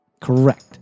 Correct